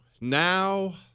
Now